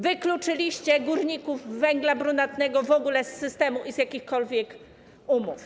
Wykluczyliście górników węgla brunatnego z systemu i z jakichkolwiek umów.